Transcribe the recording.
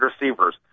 receivers